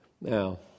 Now